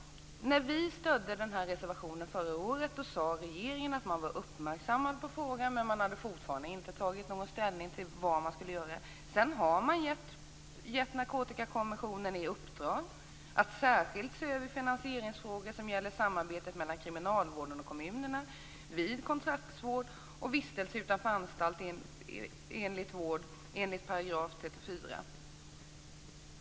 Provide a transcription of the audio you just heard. När vi stödde reservationen förra året sade regeringen att man var uppmärksam på frågan men att man fortfarande inte hade tagit ställning till vad man skulle göra. Sedan har man gett Narkotikakommissionen i uppdrag att särskilt se över finansieringsfrågor som gäller samarbetet mellan kriminalvården och kommunerna vid kontraktsvård och vistelse utanför anstalt enligt 34 §.